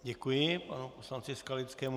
Děkuji panu poslanci Skalickému.